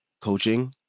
coaching